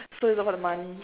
so it's about the money